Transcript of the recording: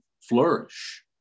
flourish